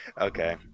Okay